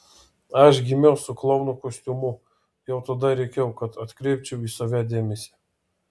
aš gimiau su klouno kostiumu jau tada rėkiau kad atkreipčiau į save dėmesį